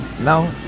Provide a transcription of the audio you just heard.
No